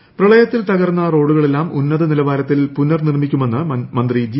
സുധാകരൻ പ്രളയത്തിൽ തകർന്ന റോഡുകളെല്ലാം ഉന്നത നിലവാരത്തിൽ പുനർനിർമ്മിക്കുമെന്ന് മന്ത്രി ജി